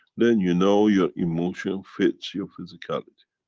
then, you know your emotion fits your physicality.